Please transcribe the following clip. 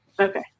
okay